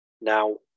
Now